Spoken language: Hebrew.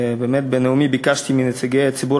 ובאמת בנאומי ביקשתי מנציגי הציבור